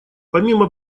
помимо